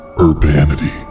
urbanity